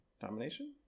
domination